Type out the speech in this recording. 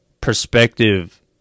Perspective